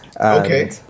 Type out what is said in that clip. Okay